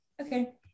Okay